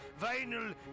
vinyl